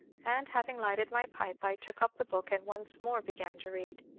and having lighted my pipe, i took up the book, and once more began to read.